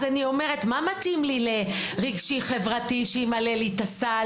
אז אני אומרת מה מתאים לי לרגשי-חברתי שימלא לי את הסל,